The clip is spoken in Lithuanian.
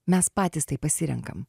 mes patys tai pasirenkam